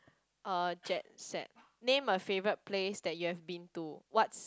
uh jet set name a favourite place that you have been to what's